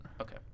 Okay